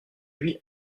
lui